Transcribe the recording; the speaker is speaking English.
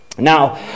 Now